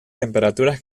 temperaturas